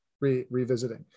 revisiting